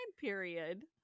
period